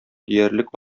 диярлек